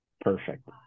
perfect